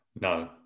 No